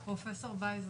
את פרופ' וייזר,